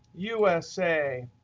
usa,